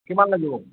কিমান লাগিব